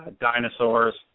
dinosaurs